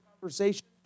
conversation